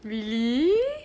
really